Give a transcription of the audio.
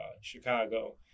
Chicago